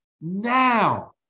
Now